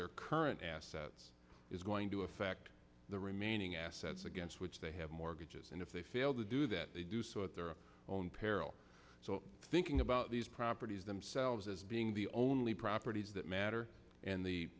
their current assets is going to affect the remaining assets against which they have mortgages and if they fail to do that they do so at their own peril so thinking about these properties themselves as being the only properties that matter and